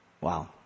Wow